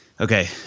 Okay